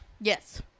Yes